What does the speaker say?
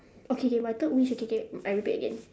okay K K my third wish K K I repeat again